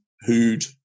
who'd